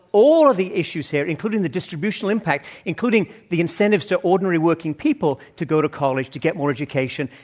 all of the issues here, including the distributional impact, including the incentives to ordinary working people to go to college, to get more education,